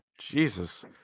jesus